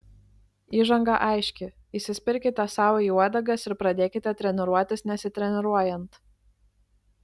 įžanga aiški įsispirkite sau į uodegas ir pradėkite treniruotis nesitreniruojant